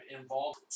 involved